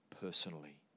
personally